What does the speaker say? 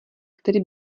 který